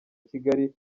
kigali